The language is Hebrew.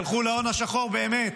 תלכו להון השחור באמת.